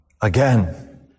again